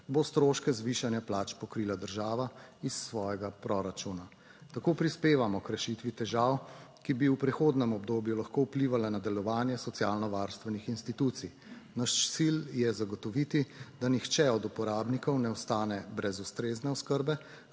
bo stroške zvišanja plač pokrila država iz svojega proračuna. Tako prispevamo k rešitvi težav, ki bi v prehodnem obdobju lahko vplivala na delovanje socialno varstvenih institucij. Naš cilj je zagotoviti, da nihče od uporabnikov ne ostane brez ustrezne oskrbe,